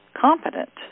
competent